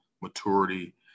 maturity